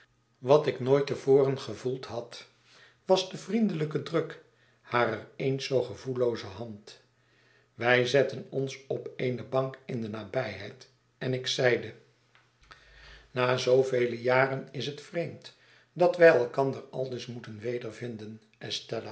wat ik nooit te voren gevoeld had wasde vriendelijke druk harer eens zoo gevoellooze hand wij zetten ons op eene bank in de nabijheid en ik zeide na zoovele jaren is het vreemd dat wij elkander aldus moeten wedervinden estella